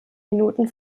minuten